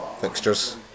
fixtures